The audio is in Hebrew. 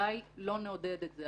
בוודאי לא נעודד את זה.